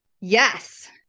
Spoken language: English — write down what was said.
Yes